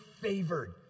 favored